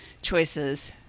Choices